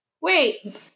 wait